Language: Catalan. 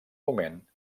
moment